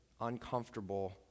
uncomfortable